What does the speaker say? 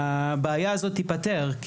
הבעיה הזאת תיפתר.